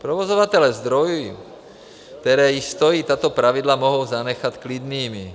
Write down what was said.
Provozovatele zdrojů, které již stojí, tato pravidla mohou zanechat klidnými.